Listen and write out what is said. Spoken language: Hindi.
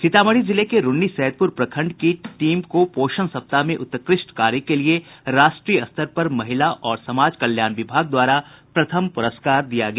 सीतामढ़ी जिले के रून्नीसैदपुर प्रखंड की टीम को पोषण माह में उत्कृष्ट कार्य के लिये राष्ट्रीय स्तर पर महिला और समाज कल्याण विभाग द्वारा प्रथम पुरस्कार दिया गया